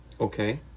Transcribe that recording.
Okay